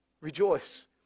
rejoice